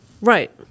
Right